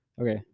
okay